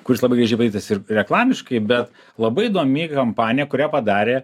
kuris labai gražiai padarytas ir reklamiškai bet labai įdomi kampanija kurią padarė